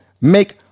make